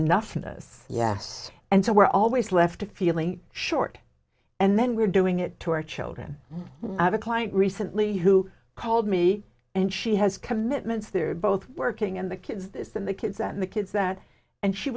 this yes and so we're always left feeling short and then we're doing it to our children i have a client recently who called me and she has commitments they're both working and the kids and the kids and the kids that and she